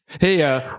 Hey